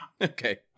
Okay